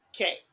Okay